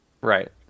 Right